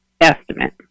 estimate